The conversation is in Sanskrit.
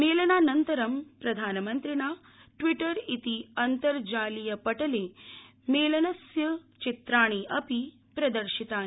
मेलनानन्तरं प्रधानमंत्रिणा ट्वीटर इति अन्तर्जालीय पटले मेलनस्य चित्राणि अपि प्रदर्शितानि